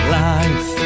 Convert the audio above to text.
life